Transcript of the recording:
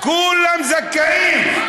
אלאור אזריה זכאי?